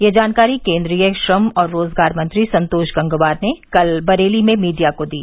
ये जानकारी केन्द्रीय श्रम और रोज़गार मंत्री संतोष गंगवार ने कल बरेली में मीडिया को दी